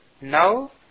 Now